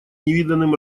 невиданным